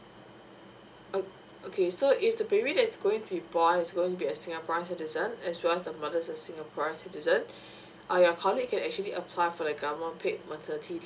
um okay so if the baby that's going to be born is going to be a singaporean citizen as well as the mother's a singaporeans citizen err your colleague can actually apply for the government paid maternity